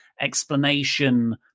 explanation